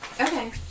Okay